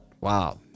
Wow